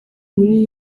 muri